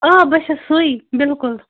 آ بہٕ چھَس سۄے بِلکُل